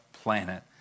planet